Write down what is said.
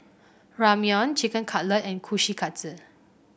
Ramyeon Chicken Cutlet and Kushikatsu